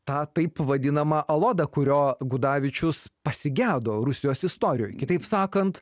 tą taip vadinamą alodą kurio gudavičius pasigedo rusijos istorijoj kitaip sakant